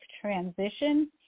Transition